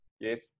Yes